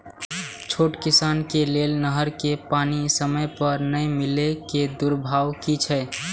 छोट किसान के लेल नहर के पानी समय पर नै मिले के दुष्प्रभाव कि छै?